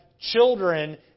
children